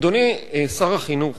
אדוני שר החינוך,